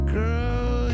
Girl